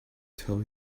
tell